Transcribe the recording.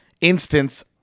instance